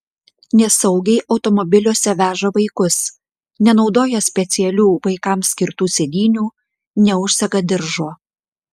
nesaugiai automobiliuose veža vaikus nenaudoja specialių vaikams skirtų sėdynių neužsega diržo